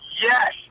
yes